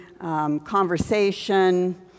conversation